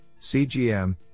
CGM